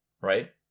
Right